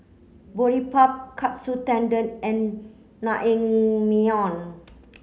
Boribap Katsu Tendon and Naengmyeon